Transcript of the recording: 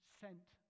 sent